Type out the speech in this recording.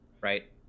right